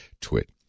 twit